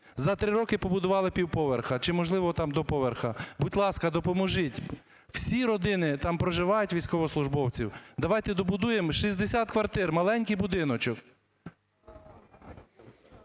За 3 роки побудували півповерха чи, можливо, там до поверху. Будь ласка, допоможіть. Всі родини там проживають військовослужбовців. Давайте добудуємо, 60 квартир – маленький будиночок.